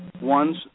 ones